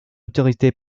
autorité